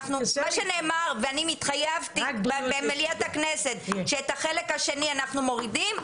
מה שנאמר ואני התחייבתי במליאת הכנסת שאת החלק השני אנחנו מורידים.